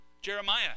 Jeremiah